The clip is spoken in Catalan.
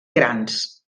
grans